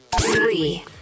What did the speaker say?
Three